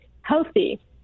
healthy